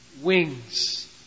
wings